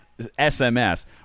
sms